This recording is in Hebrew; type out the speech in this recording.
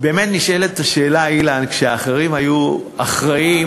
באמת נשאלת השאלה, אילן, כשאחרים היו אחראים,